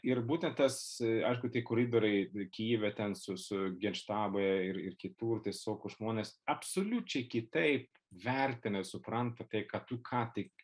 ir būtent tas aišku tie koridoriai kijeve ten su su genštabe ir ir kitur tiesiog žmonės absoliučiai kitaip vertina supranta tai ką tu ką tik